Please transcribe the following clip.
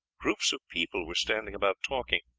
groups of people were standing about talking,